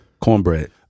Cornbread